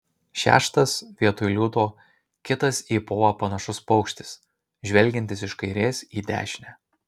šeštas vietoj liūto kitas į povą panašus paukštis žvelgiantis iš kairės į dešinę